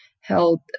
held